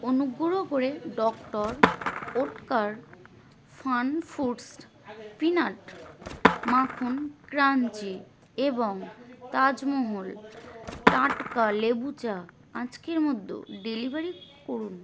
অনুগ্রহ করে doctor Oetker Funfoods peanut মাখন ক্রাঞ্চি এবং তাজমহল টাটকা লেবু চা আজকের মধ্যে ডেলিভারি করুন